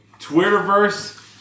Twitterverse